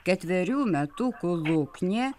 ketverių metukų luknė